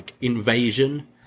invasion